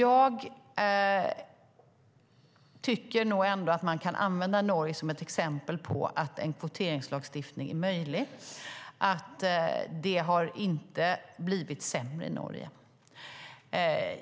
Jag tycker ändå att man kan använda Norge som exempel på att en kvoteringslagstiftning är möjlig. Det har inte blivit sämre i Norge.